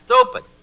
stupid